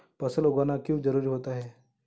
फसल उगाना क्यों जरूरी होता है?